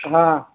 ହଁ